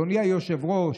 אדוני היושב-ראש,